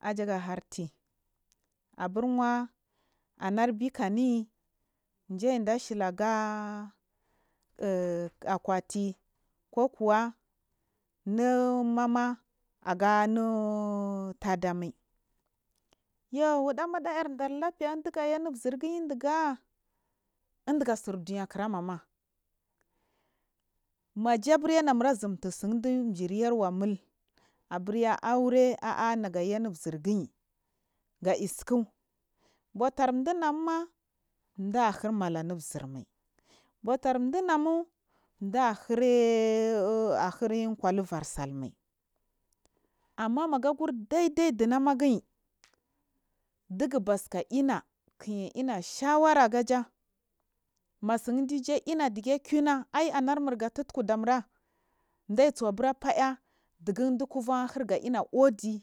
Aja ga har tri aburwa anarkushimu jada shili aga inn a kwati kokwa nii mema aga nuu tadamai yuu wdamada ar ɗar leɓfe indigayini zirgi diga indigo tsi eliniyekra mama maja burya manura zumtu tsirchijir yarwa null aburya aury a’anaga yini zirgi ga itsuku bakar ɗimamuma ɗahimala nuzing botar ɗinamy ɗahir kulivar salami amma mega gurden e ɗinamagi ɗigubatsika ina kiya shawaredyta matslin diyu inardiye kuna aiy anarnurgatutku damra daagisubura faya ɗigu chikuvaga ina uɗi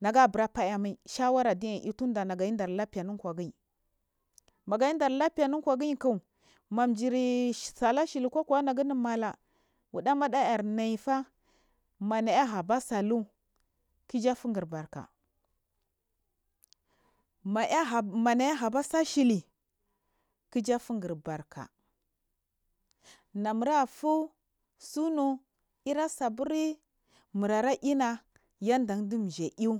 negabura feya mai shaw nukugi magayi ɗar labfe nukwagi k majirtsel ashili kukuwa maga inumala wudamadayar neyifa mama ya hynaba tsagu kija sashili kijafub gur barka namurafur tsiuu irratsuburi namurara inma yandidu ji eaw.